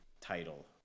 title